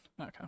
Okay